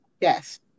Yes